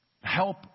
help